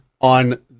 on